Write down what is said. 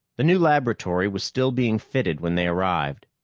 the new laboratory was still being fitted when they arrived.